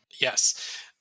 Yes